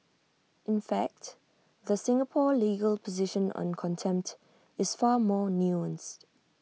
in fact the Singapore legal position on contempt is far more nuanced